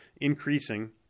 increasing